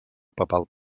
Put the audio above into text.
papal